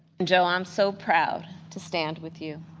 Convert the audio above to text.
and joe, i'm so proud to stand with you.